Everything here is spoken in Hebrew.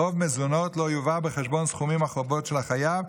חוב מזונות לא יובא בחשבון בסכומי החובות של החייב,